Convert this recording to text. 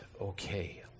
okay